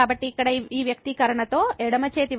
కాబట్టి ఇక్కడ ఈ వ్యక్తీకరణతో ఎడమ చేతి వైపు f g అవుతుంది